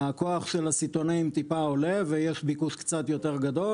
הכוח של הסיטונאים טיפה עולה ויש ביקוש קצת יותר גדול,